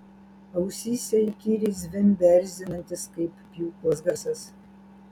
ausyse įkyriai zvimbė erzinantis kaip pjūklas garsas